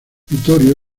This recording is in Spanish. vittorio